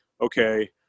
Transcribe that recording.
okay